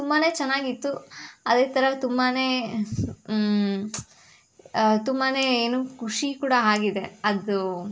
ತುಂಬಾ ಚೆನ್ನಾಗಿತ್ತು ಅದೇ ಥರ ತುಂಬಾ ತುಂಬಾ ಏನು ಖುಷಿ ಕೂಡ ಆಗಿದೆ ಅದು